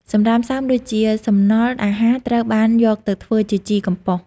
សំរាមសើមដូចជាសំណល់អាហារត្រូវបានយកទៅធ្វើជាជីកំប៉ុស។